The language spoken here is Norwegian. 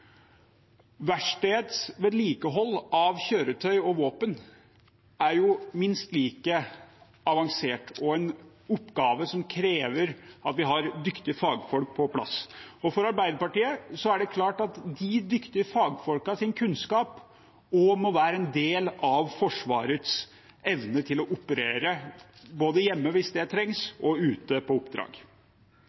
Verkstedets vedlikehold av kjøretøy og våpen er jo minst like avansert og en oppgave som krever at vi har dyktige fagfolk på plass. For Arbeiderpartiet er det klart at de dyktige fagfolkenes kunnskap også må være en del av Forsvarets evne til å operere både hjemme, hvis det trengs, og ute på oppdrag.